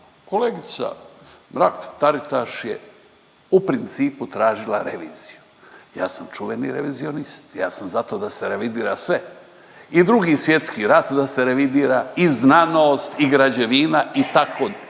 Kolegica Mrak Taritiš je u principu tražila reviziju. Ja sam čuveni revizionist. Ja sam zato da se revidira sve i Drugi svjetski rat da se revidira i znanost i građevina i tako